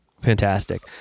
Fantastic